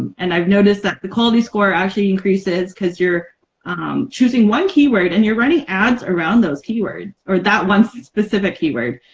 and i've noticed that the quality score actually increases because you're choosing one keyword and you're running ads around those keywords or that one specific keyword